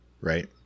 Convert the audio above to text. right